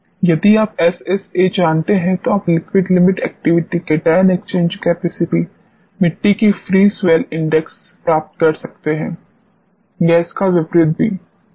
यदि आप एसएसए जानते हैं तो आप liquid limit activity cation exchange capacity मिट्टी की फ्री स्वेल्ल इंडेक्स प्राप्त कर सकते हैं या इसका विपरीत भी